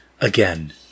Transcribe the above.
again